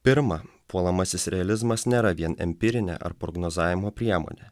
pirma puolamasis realizmas nėra vien empirinė ar prognozavimo priemonė